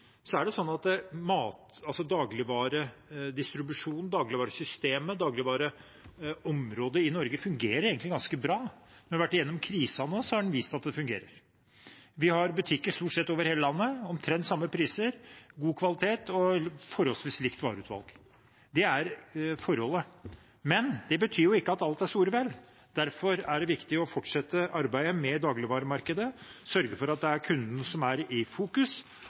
at dagligvaredistribusjonen – dagligvaresystemet, dagligvareområdet i Norge – egentlig fungerer ganske bra. Når vi nå har vært gjennom en krise, har den vist at den fungerer. Vi har butikker stort sett over hele landet, omtrent samme priser, god kvalitet og forholdsvis likt vareutvalg. Det er forholdet, men det betyr ikke at alt er såre vel. Derfor er det viktig å fortsette arbeidet med dagligvaremarkedet og sørge for at det er kunden som er i fokus,